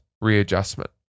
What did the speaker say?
readjustment